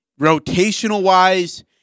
rotational-wise